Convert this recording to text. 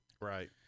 Right